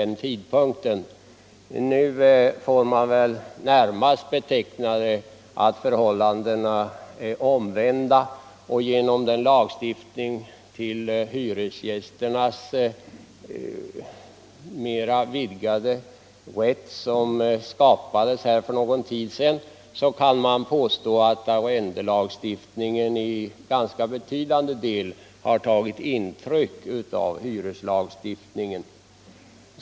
Nu får det väl närmast anses att förhållandena är de omvända efter tillkomsten av den nya hyreslagstiftning som ger hyresgästerna vidgade rättigheter.